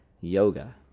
yoga